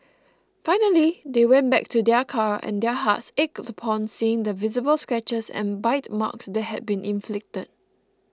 finally they went back to their car and their hearts ached upon seeing the visible scratches and bite marks that had been inflicted